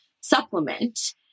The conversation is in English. supplement